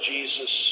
Jesus